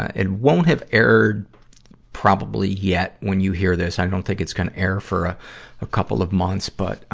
it won't have aired probably yet when you hear this. i don't think it's gonna air for a, a couple of months. but, ah,